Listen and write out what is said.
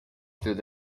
through